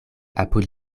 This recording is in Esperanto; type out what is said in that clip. apud